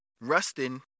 Rustin